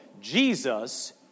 Jesus